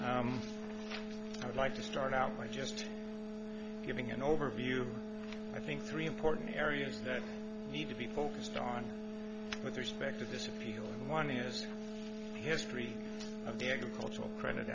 case i'd like to start out by just giving an overview i think three important areas that need to be focused on with respect to this appeal one is history of the agricultural credit